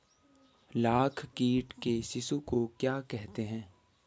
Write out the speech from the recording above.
लाख कीट के शिशु को क्या कहते हैं?